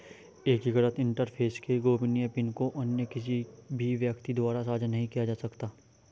एकीकृत इंटरफ़ेस के गोपनीय पिन को अन्य किसी भी व्यक्ति द्वारा साझा नहीं किया जा सकता